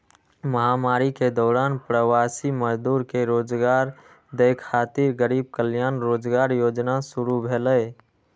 महामारी के दौरान प्रवासी मजदूर कें रोजगार दै खातिर गरीब कल्याण रोजगार योजना शुरू भेलै